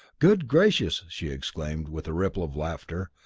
good gracious, she exclaimed, with a ripple of laughter.